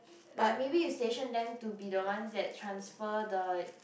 like maybe you station them to be the ones that transfer the